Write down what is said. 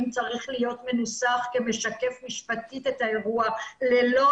צריך להיות מנוסח כשמקף משפטית את האירוע ללא